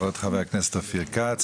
כבוד חה"כ אופיר כץ,